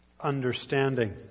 understanding